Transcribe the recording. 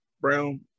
brown